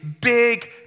big